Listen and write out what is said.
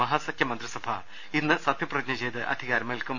മഹാസഖ്യ മന്ത്രിസഭ ഇന്ന് സത്യപ്രതിജ്ഞ ചെയ്ത് അധികാരമേൽക്കും